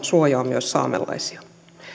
suojaa myös saamelaisia